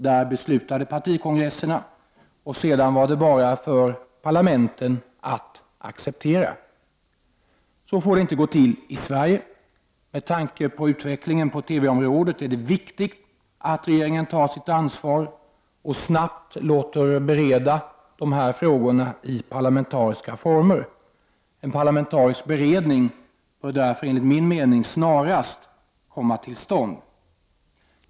Där beslutade partikongresserna och sedan var det bara för parlamenten att acceptera. Så får det inte gå till i Sverige. Med tanke på utvecklingen på TV-området är det viktigt att regeringen tar sitt ansvar och snabbt låter bereda dessa frågor i parlamentariska former. En parlamentarisk beredning bör därför enligt min mening snarast komma till stånd.